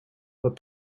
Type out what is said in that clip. but